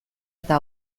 eta